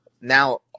now